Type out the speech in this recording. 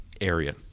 area